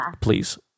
please